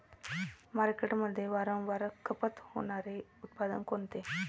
मार्केटमध्ये वारंवार खपत होणारे उत्पादन कोणते?